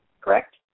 Correct